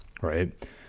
right